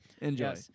Enjoy